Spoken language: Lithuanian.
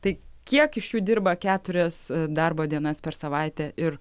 tai kiek iš jų dirba keturias darbo dienas per savaitę ir